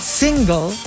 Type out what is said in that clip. single